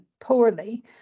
poorly